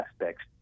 aspects